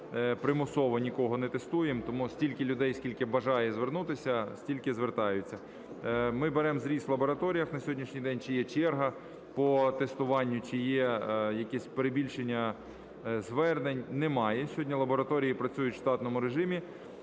ми примусово нікого не тестуємо, тому стільки людей скільки бажає звернутися, стільки звертаються. Ми беремо зріз в лабораторіях на сьогоднішній день, чи є черга по тестуванню, чи є якісь перебільшення звернень. Немає, сьогодні лабораторії працюють в штатному режимі,